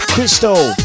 Crystal